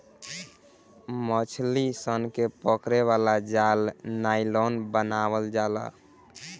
मछली सन के पकड़े वाला जाल नायलॉन बनावल जाला